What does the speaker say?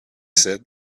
said